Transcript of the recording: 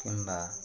କିମ୍ବା